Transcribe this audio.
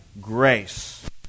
grace